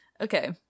okay